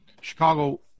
chicago